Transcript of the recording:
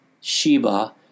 Sheba